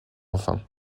enfin